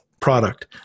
product